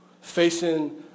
facing